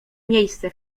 miejsce